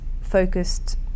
focused